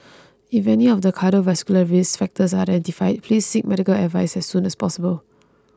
if any of the cardiovascular risk factors are identified please seek medical advice as soon as possible